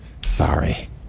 Sorry